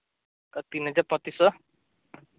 ᱛᱤᱱ ᱦᱟᱡᱟᱨ ᱯᱚᱭᱛᱤᱨᱤᱥ ᱥᱚ